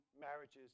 marriages